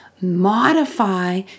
Modify